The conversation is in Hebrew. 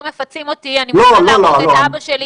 מפצים אותי אני מוכן להרוג את אבא שלי,